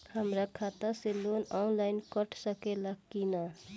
हमरा खाता से लोन ऑनलाइन कट सकले कि न?